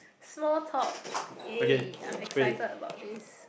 small talk yay I am excited about this